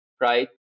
right